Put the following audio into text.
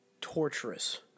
torturous